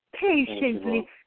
patiently